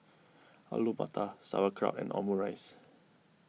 Alu Matar Sauerkraut and Omurice